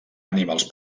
animals